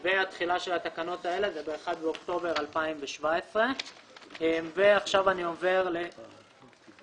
התחילה של התקנות האלה זה ב-1 באוקטובר 2017. אני עובר לצו